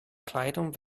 kleidung